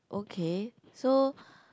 okay so